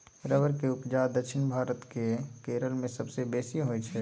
rubber केर उपजा दक्षिण भारत केर केरल मे सबसँ बेसी होइ छै